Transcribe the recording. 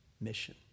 mission